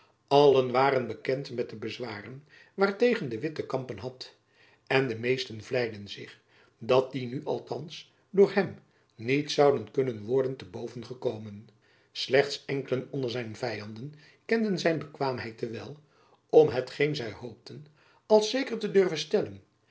allen waren bekend met de bezwaren waartegen de witt te kampen had en de meesten vleiden zich dat die nu althands door hem niet zouden kunnen worden te bovengekomen slechts enkelen onder zijn vyanden kenden zijn bekwaamheid te wel om hetgeen zy hoopten als jacob van lennep elizabeth musch zeker te durven stellen